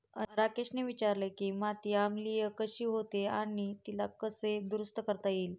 राकेशने विचारले की माती आम्लीय कशी होते आणि तिला कसे दुरुस्त करता येईल?